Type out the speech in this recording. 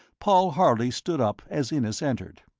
paul harley stood up as innes entered.